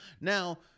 now